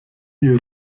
ihre